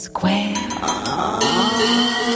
Square